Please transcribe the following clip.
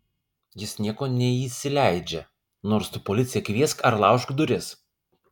jis nieko neįsileidžia nors tu policiją kviesk ar laužk duris